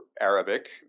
Arabic